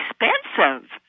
expensive